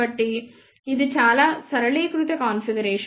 కాబట్టి ఇది చాలా సరళీకృత కాన్ఫిగరేషన్